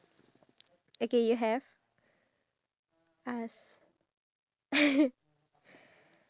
K the question is what dreams from childhood have you achieved